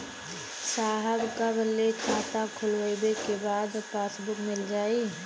साहब कब ले खाता खोलवाइले के बाद पासबुक मिल जाई?